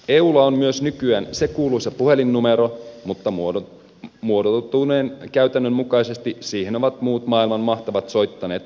eulla on myös nykyään se kuuluisa puhelinnumero mutta muotoutuneen käytännön mukaisesti siihen ovat muut maailman mahtavat soittaneet kovin harvoin